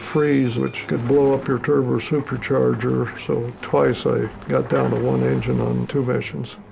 freeze. which could blow up your turbo-supercharger. so twice i got down to one engine on two missions.